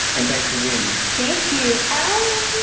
and thanks for being here. thank you. ah